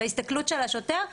בהסתכלות של השוטר,